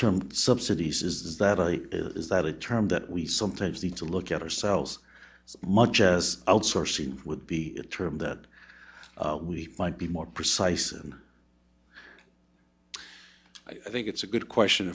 erm subsidies is that is that a term that we sometimes need to look at ourselves much as outsourcing would be a term that we might be more precise and i think it's a good question